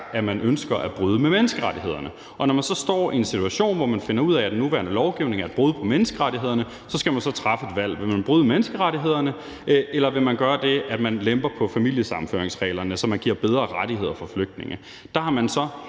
at man ønsker at bryde med menneskerettighederne. Når man så står i en situation, hvor man finder ud af, at den nuværende lovgivning er et brud på menneskerettighederne, så skal man så træffe et valg. Vil man bryde menneskerettighederne, eller vil man gøre det, at man lemper på familiesammenføringsreglerne, så man giver bedre rettigheder for flygtninge? Der har man så